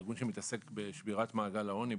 ארגון שמתעסק בשבירת מעגל העוני,